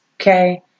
Okay